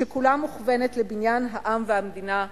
שכולה מכוונת לבניית העם והמדינה,